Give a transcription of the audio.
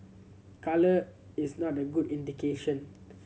colour is not a good indication